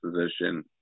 position